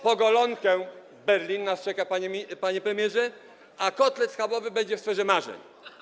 Po golonkę - Berlin nas czeka, panie premierze, a kotlet schabowy będzie w sferze marzeń.